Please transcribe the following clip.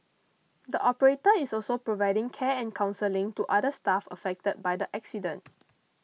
the operator is also providing care and counselling to other staff affected by the accident